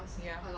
ya